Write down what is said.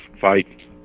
fight